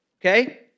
okay